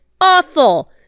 awful